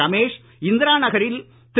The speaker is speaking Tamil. ரமேஷ் இந்திரா நகரில் திரு